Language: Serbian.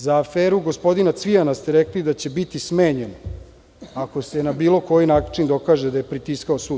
Za aferu gospodina Cvijana ste rekli da će biti smenjen ako se na bilo koji način dokaže da je pritiskao sud.